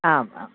आम् आम्